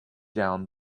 down